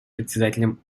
председателем